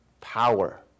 power